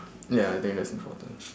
ya I think that's important